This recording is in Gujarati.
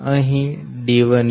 અહી d1 7